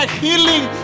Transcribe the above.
healing